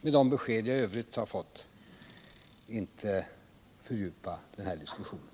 Med de besked jag i övrigt har fått skall jag inte fördjupa den här diskussionen.